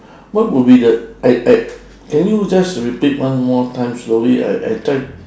what would be the I I can you just repeat one more time slowly I I try